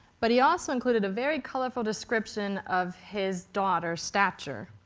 but he also included a very colorful description of his daughter's stature,